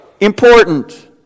Important